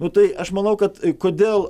nu tai aš manau kad kodėl